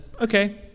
okay